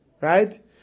right